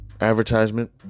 advertisement